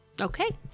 Okay